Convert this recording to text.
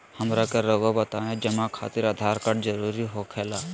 हमरा के रहुआ बताएं जमा खातिर आधार कार्ड जरूरी हो खेला?